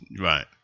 Right